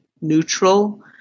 neutral